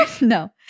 No